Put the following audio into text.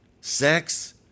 sex